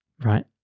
Right